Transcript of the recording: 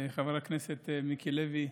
חבר הכנסת מיקי לוי.